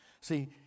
See